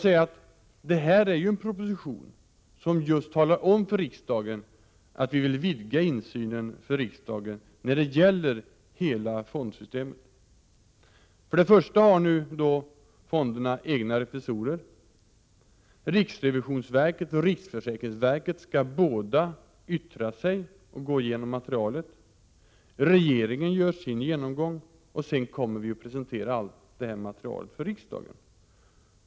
I den här propositionen talar regeringen om för riksdagen att vi vill vidga insynen för riksdagen när det gäller hela fondsystemet. Fonderna har nu egna revisorer. Riksrevisionsverket och riksförsäkringsverket skall båda yttra sig över och gå igenom materialet. Regeringen gör sin genomgång. Sedan kommer vi att presentera materialet för riksdagen.